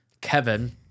Kevin